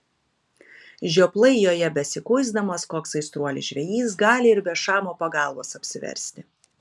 žioplai joje besikuisdamas koks aistruolis žvejys gali ir be šamo pagalbos apsiversti